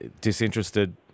disinterested